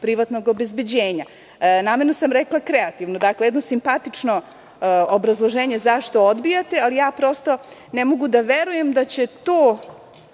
privatnog obezbeđenja. Namerno sam rekla kreativno. Dakle, jedno simpatično obrazloženje zašto odbijate. Prosto ne mogu da verujem da će to